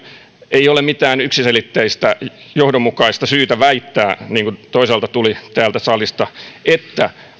ei ole mitään yksiselitteistä johdonmukaista syytä väittää niin kuin toisaalta tuli täältä salista että